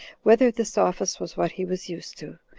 whether this office was what he was used to,